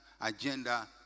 agenda